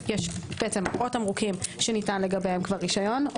או תמרוקים שניתן לגביהם רשיון או